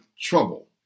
trouble